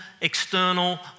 external